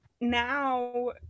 now